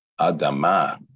Adama